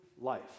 life